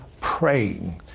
praying